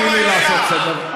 תני לי לעשות סדר,